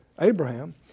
Abraham